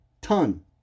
ton